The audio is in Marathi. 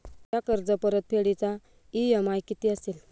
माझ्या कर्जपरतफेडीचा इ.एम.आय किती असेल?